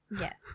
yes